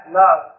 love